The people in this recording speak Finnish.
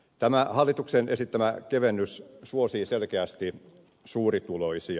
tämä hallituksen esittämä kevennys suosii selkeästi suurituloisia